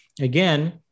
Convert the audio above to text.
Again